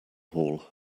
hall